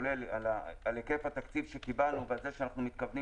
כולל על היקף התקציב שקיבלנו ועל זה שאנחנו מתכוונים